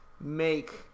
make